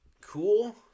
cool